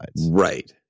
Right